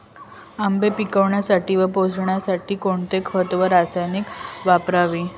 आंबे पिकवण्यासाठी व पोसण्यासाठी कोणते खत व रसायने वापरावीत?